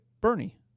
Bernie